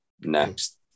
next